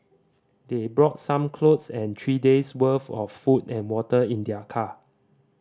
they brought some clothes and three days' worth of food and water in their car